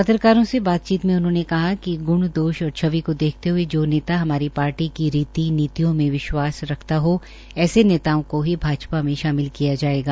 पत्रकारों से बातचीत में उन्होंने कहा कि ग्ण् दोष और छवि को देखते हये जो नेता हमारी पार्टी की रीति नीतियों में विश्वास रखता है ऐसे नेताओं को ही भाजपा में शामिल किया जायेगा